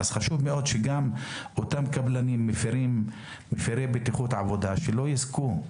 חשוב מאוד שאותם קבלנים מפירי בטיחות עבודה לא יזכו במכרזים.